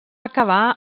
acabar